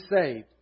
saved